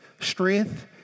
strength